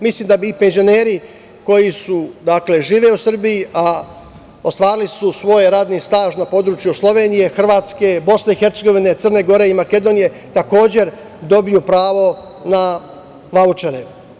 Mislim da bi i penzioneri koji žive u Srbiji a ostvarili su svoj radni staž na području Slovenije, Hrvatske, Bosne i Hercegovine, Crne Gore i Makedonije takođe trebali da dobiju pravo na vaučere.